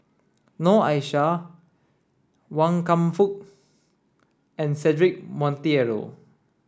Noor Aishah Wan Kam Fook and Cedric Monteiro